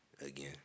Again